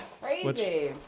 crazy